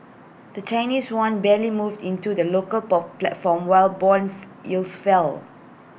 the Chinese Yuan barely moved in to the local bob platform while Bond yields fell